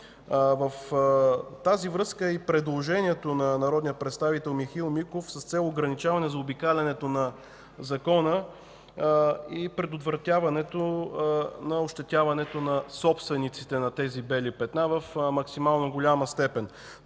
с това е и предложението на народния представител Михаил Миков – ограничаване заобикалянето на закона и предотвратяване ощетяването на собствениците на тези бели петна в максимално голяма степен.